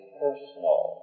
personal